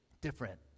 different